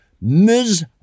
Ms